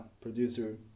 producer